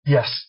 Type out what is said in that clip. Yes